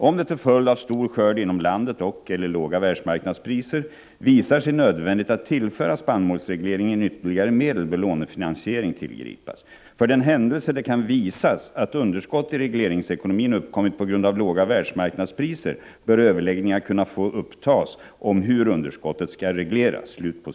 Om det till följd av stor skörd inom landet och 86:83 ytterligare medel bör lånefinansiering tillgripas. För den händelse det kan 20 februari 1986 visas att underskott i regleringsekonomin uppkommit på grund av låga Å : a m finansieringen av världsmarknadspriser bör överläggningar kunna få upptas om hur underskot 3 7 Jerka förs nh ” 2 .